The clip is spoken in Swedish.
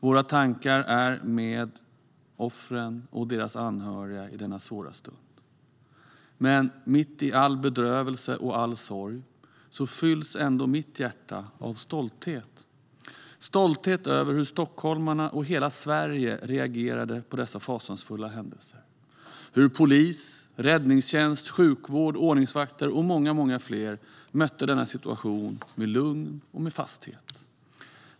Våra tankar är med offren och deras anhöriga i denna svåra stund. Men mitt i all bedrövelse och all sorg fylls ändå mitt hjärta av stolthet. Det är stolthet över hur stockholmarna och hela Sverige reagerade på dessa fasansfulla händelser. Polis, räddningstjänst, sjukvård, ordningsvakter och många fler mötte denna situation med lugn och med fasthet.